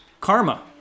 karma